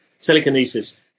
Telekinesis